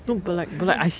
贱货